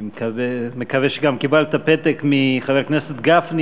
אני מקווה שגם קיבלת פתק מחבר הכנסת גפני